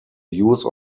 use